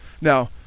now